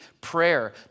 Prayer